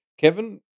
Kevin